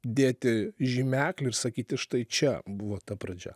dėti žymeklį ir sakyti štai čia buvo ta pradžia